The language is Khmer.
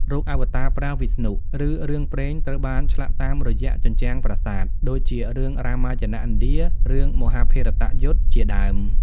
រូបអវតារព្រះវិស្ណុ ឬរឿងព្រេងត្រូវបានឆ្លាក់តាមរយៈជញ្ជាំងប្រាសាទ ដូចជារឿង រាមាយណៈឥណ្ឌា រឿង មហាភារតយុទ្ធ ជាដើម។។